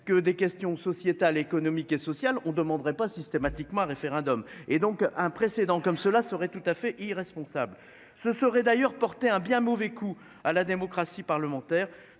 que des questions sociétales, économiques et sociales on demanderait pas systématiquement à référendum et donc un précédent comme cela serait tout à fait irresponsable, ce serait d'ailleurs porté un bien mauvais coup à la démocratie parlementaire.